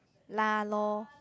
lah lor